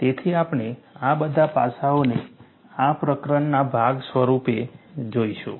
તેથી આપણે આ બધા પાસાઓને આ પ્રકરણના ભાગ સ્વરૂપે જોઈશું